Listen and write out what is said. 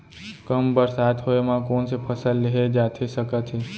कम बरसात होए मा कौन से फसल लेहे जाथे सकत हे?